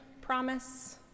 promise